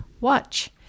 watch